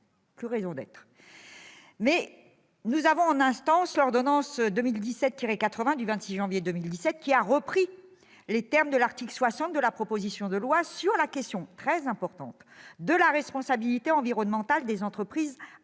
plus de raison d'être. Par ailleurs, l'ordonnance n° 2017-80 du 26 janvier 2017 qui a repris les termes de l'article 60 de la proposition de loi sur la question très importante de la responsabilité environnementale des entreprises qui